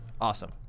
awesome